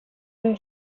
their